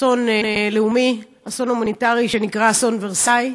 אסון לאומי, אסון הומניטרי, אסון "אולמי ורסאי".